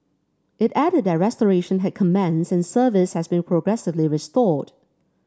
it added that restoration had commenced and service has been progressively restored